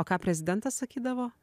o ką prezidentas sakydavo